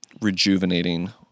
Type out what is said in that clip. rejuvenating